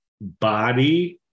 body